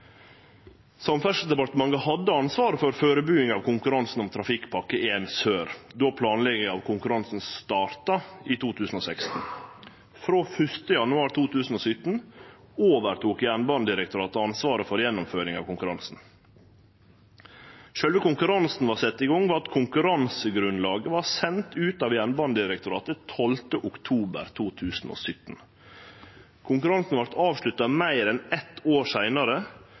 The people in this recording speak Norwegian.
Samferdselsdepartementet hadde ansvaret for førebuing av konkurransen om Trafikkpakke 1 Sør, då planlegginga av konkurransen starta i 2016. Frå 1. januar 2017 overtok Jernbanedirektoratet ansvaret for gjennomføringa av konkurransen. Sjølve konkurransen vart sett i gang ved at konkurransegrunnlaget vart sendt ut av Jernbanedirektoratet 12. oktober 2017. Konkurransen vart avslutta meir enn eit år seinare